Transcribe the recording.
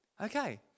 Okay